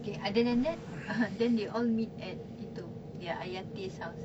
okay other than that then they all meet at tu their ayah teh house